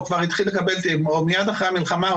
או מיד אחרי המלחמה,